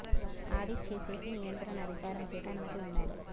audit చేసేకి నియంత్రణ అధికారం చేత అనుమతి ఉండాలే